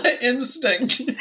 instinct